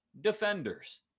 defenders